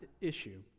issue